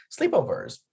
Sleepovers